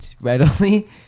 readily